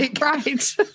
right